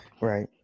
Right